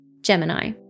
Gemini